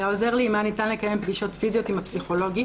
"היה עוזר לי אם היה ניתן לקיים פגישות פיזיות עם הפסיכולוגית,